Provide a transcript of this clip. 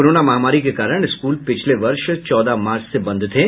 corona महामारी के वजह से स्कूल पिछले वर्ष चौदह मार्च से बंद थे